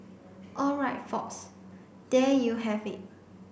all right folks there you have it